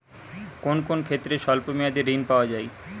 কোন কোন ক্ষেত্রে স্বল্প মেয়াদি ঋণ পাওয়া যায়?